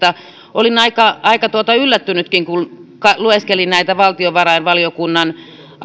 olin aika aika yllättynytkin kun lueskelin valtiovarainvaliokunnan